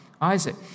Isaac